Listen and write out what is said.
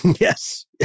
Yes